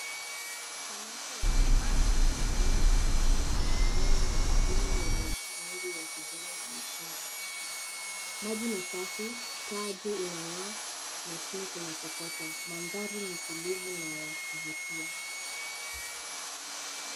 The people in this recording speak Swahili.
Samaki wachache wanaogelea kati ya mimea ya majini yenye rangi ya kijani na nyekundu. Maji ni safi, taa juu ina ng'a na chini kuna kokoto. Mandhari ni tulivu na ya kuvutia